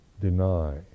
deny